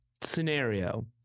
scenario